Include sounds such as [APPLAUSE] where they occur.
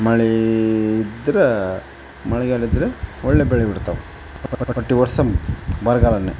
ಮಳೆ ಇದ್ರ ಮಳೆಗಾಲ್ ಇದ್ರೆ ಒಳ್ಳೇ ಬೆಳೆ ಬಿಡ್ತಾವ [UNINTELLIGIBLE] ಪ್ರತಿ ವರ್ಷ ಬರಗಾಲನೇ